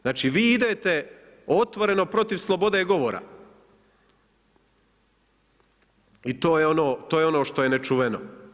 Znači vi idete otvoreno protiv slobode govora i to je ono što je nečuveno.